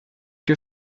que